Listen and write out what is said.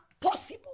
possible